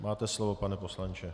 Máte slovo, pane poslanče.